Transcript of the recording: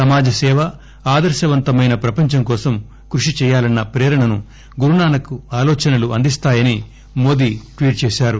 సమాజ సేవ ఆదర్పవంతమైన ప్రపంచం కోసం కృషి చేయాలన్న ప్రేరణను గురునానక్ ఆలోచనలు అందిస్తాయని మోదీ ట్వీట్ చేశారు